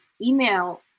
email